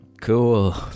Cool